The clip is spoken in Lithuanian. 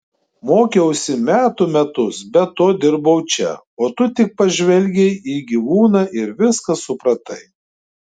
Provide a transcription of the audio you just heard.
mokiausi metų metus be to dirbau čia o tu tik pažvelgei į gyvūną ir viską supratai